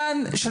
אין פה עניין של